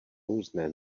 různé